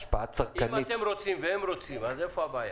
אם אתם רוצים והם רוצים, אז איפה הבעיה?